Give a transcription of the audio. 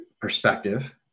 perspective